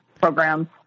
programs